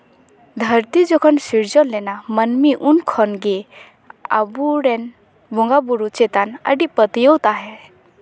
ᱫᱷᱟᱹᱨᱛᱤ ᱡᱚᱠᱷᱚᱱ ᱥᱤᱨᱡᱚᱱ ᱞᱮᱱᱟ ᱢᱟᱹᱱᱢᱤ ᱩᱱ ᱠᱷᱚᱱᱜᱮ ᱟᱵᱚ ᱨᱮᱱ ᱵᱚᱸᱜᱟ ᱵᱳᱨᱳ ᱪᱮᱛᱟᱱ ᱟᱹᱰᱤ ᱯᱟᱹᱛᱭᱟᱹᱣ ᱛᱟᱦᱮᱸ